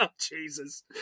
Jesus